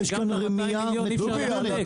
יש כאן רמייה מתוכננת.